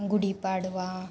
Gudi Padwa